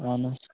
اَہَن حظ